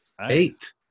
eight